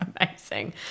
amazing